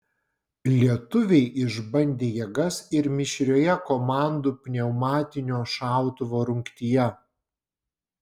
lietuviai išbandė jėgas ir mišrioje komandų pneumatinio šautuvo rungtyje